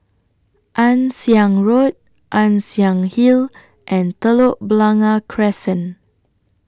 Ann Siang Road Ann Siang Hill and Telok Blangah Crescent